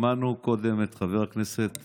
שמענו קודם את חבר הכנסת